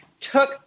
took